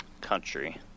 country